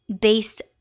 based